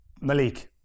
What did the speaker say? Malik